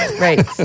right